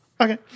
Okay